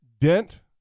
Dent